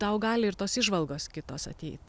tau gali ir tos įžvalgos kitos ateit